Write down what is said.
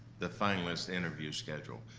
the finalist interview schedule.